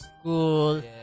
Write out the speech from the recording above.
school